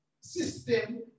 system